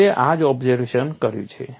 વૂએ આ જ ઓબ્ઝર્વ કર્યું છે